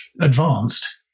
advanced